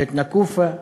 בית-נקופה,